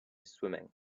swimming